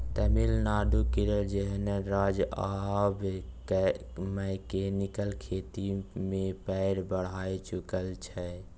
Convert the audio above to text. तमिलनाडु, केरल जेहन राज्य आब मैकेनिकल खेती मे पैर बढ़ाए चुकल छै